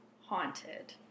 haunted